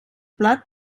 plat